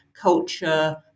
culture